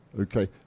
Okay